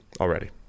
already